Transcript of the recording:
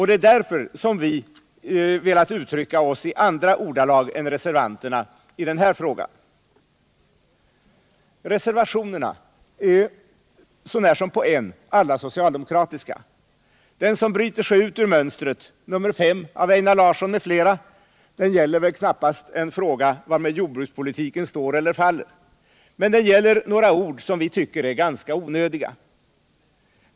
Det är därför som vi i den här frågan har velat uttrycka oss i andra ordalag än reservanterna. Reservationerna är så när som på en alla socialdemokratiska. Den som bryter sig ut ur mönstret, reservationen 5 av Einar Larsson m.fl., gäller knappast en fråga varmed jordbrukspolitiken står eller faller. Men den gäller några ord som vi tycker är ganska onödiga.